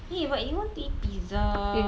eh but you want to eat pizza